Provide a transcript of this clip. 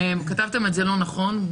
כתבתם את ההסתייגות לא נכון.